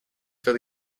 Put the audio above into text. fill